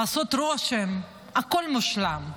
לעשות רושם, הכול מושלם.